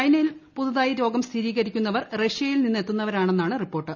ചൈനയിൽ പുതുതായി രോഗം സ്ഥിരീകരിക്കുന്നവർ റഷ്യയിൽ നിന്നെത്തുന്നവരാണെന്നാണ് റിപ്പോർട്ട്